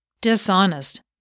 dishonest